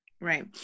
right